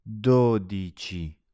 dodici